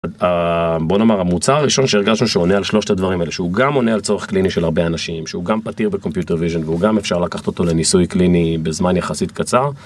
בוא נאמר המוצר הראשון שהרגשנו שעונה על שלושת הדברים האלה שהוא גם עונה על צורך קליני של הרבה אנשים שהוא גם פתיר בקומפיוטר ויז'ן והוא גם אפשר לקחת אותו לניסוי קליני בזמן יחסית קצר.